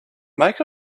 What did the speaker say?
make